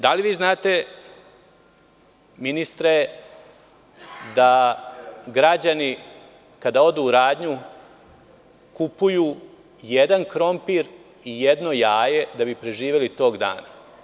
Da li vi znate, ministre, da građani kada odu u radnju kupuju jedan krompir i jedno jaje da bi preživeli tog dana?